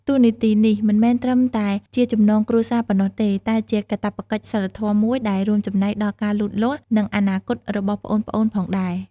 តួនាទីនេះមិនមែនត្រឹមតែជាចំណងគ្រួសារប៉ុណ្ណោះទេ តែជាកាតព្វកិច្ចសីលធម៌មួយដែលរួមចំណែកដល់ការលូតលាស់ និងអនាគតរបស់ប្អូនៗផងដែរ ។